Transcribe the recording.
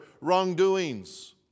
wrongdoings